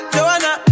Joanna